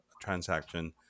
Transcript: transaction